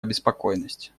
обеспокоенность